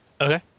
Okay